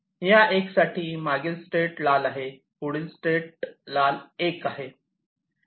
निळ्या 1 साठी मागील स्टेट लाल आहे 0 पुढील स्टेट लाल 1 आहे